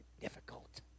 difficult